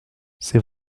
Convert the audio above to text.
c’est